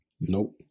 Nope